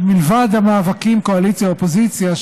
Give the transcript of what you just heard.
ומלבד המאבקים קואליציה אופוזיציה,